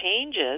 changes